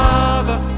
Father